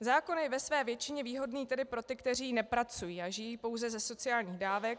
Zákon je ve své většině výhodný tedy pro ty, kteří nepracují a žijí pouze ze sociálních dávek.